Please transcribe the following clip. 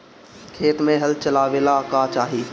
खेत मे हल चलावेला का चाही?